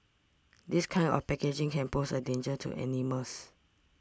this kind of packaging can pose a danger to animals